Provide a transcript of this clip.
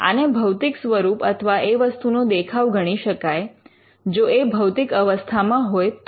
આને ભૌતિક સ્વરૂપ અથવા એ વસ્તુનો દેખાવ ગણી શકાય જો એ ભૌતિક અવસ્થામાં હોય તો